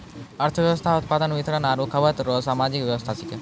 अर्थव्यवस्था उत्पादन वितरण आरु खपत रो सामाजिक वेवस्था छिकै